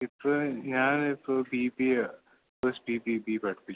ഇപ്പോൾ ഞാനിപ്പോൾ C P plus C P P പഠിപ്പിച്ചു